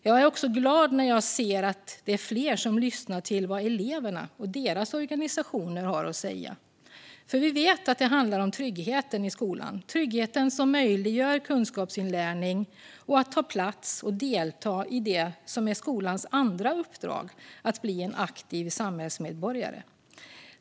Jag är också glad när jag ser att det är fler som lyssnar till vad eleverna och deras organisationer har att säga, för vi vet att det handlar om tryggheten i skolan, en trygghet som möjliggör kunskapsinlärning och att ta plats och delta i det som är skolans andra uppdrag: att eleven ska bli en aktiv samhällsmedborgare.